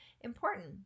important